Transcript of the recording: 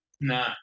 No